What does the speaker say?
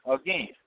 again